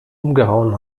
umgehauen